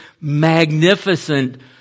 magnificent